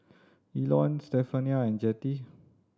Elon Stephania and Jettie